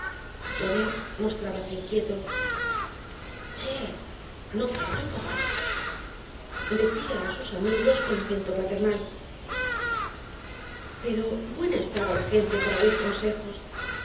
tonet mostrábase inquieto chet no feu el porch decía á sus amigos con acento paternal pero buena estaba la gente para oir consejobi